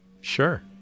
Sure